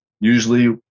Usually